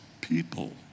people